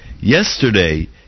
Yesterday